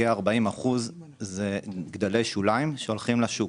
כ-40% אלה גדלי שוליים שהולכים לשוק